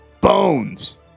Bones